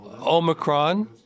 Omicron